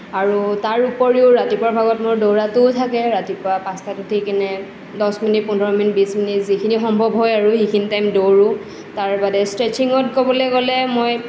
আৰু তাৰ উপৰিও ৰাতিপুৱাৰ ভাগত মোৰ দৌৰাটো থাকে ৰাতিপুৱা পাঁচটাত উঠিকেনে দহ মিনিট পোন্ধৰ মিনিট বিছ মিনিট যিখিনি সম্ভৱ হয় আৰু সেইখিনি টাইম দৌৰোঁ তাৰ বাদে ষ্ট্ৰেছিংত ক'বলৈ গ'লে মই